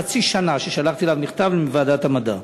לפני חצי שנה שלחתי אליו מכתב מוועדת המדע,